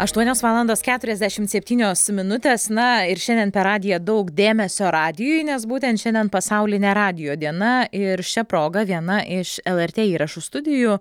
aštuonios valandos keturiasdešimt septynios minutės na ir šiandien per radiją daug dėmesio radijui nes būtent šiandien pasaulinė radijo diena ir šia proga viena iš lrt įrašų studijų